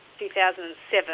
2007